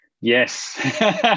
Yes